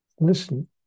Listen